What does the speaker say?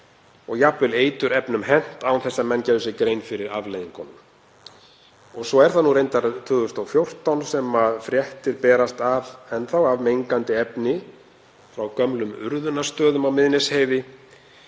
jafnvel hent án þess að menn gerðu sér grein fyrir afleiðingunum. Svo er það nú reyndar 2014 sem fréttir berast enn þá af mengandi efni frá gömlum urðunarstöðum á Miðnesheiði